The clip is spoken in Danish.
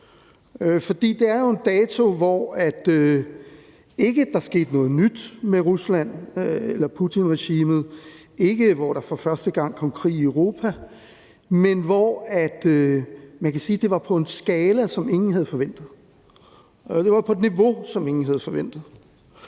det er en dato, ikke hvor der skete noget nyt med Rusland eller Putinregimet, ikke hvor der for første gang kom krig i Europa, men hvor man kan sige, at det var på en skala, som ingen havde forventet. Det var på et niveau, som ingen havde forventet.